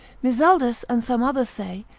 mizaldus and some others say,